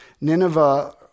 Nineveh